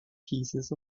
pieces